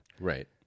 Right